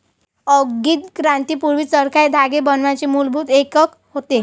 औद्योगिक क्रांती पूर्वी, चरखा हे धागे बनवण्याचे मूलभूत एकक होते